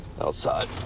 outside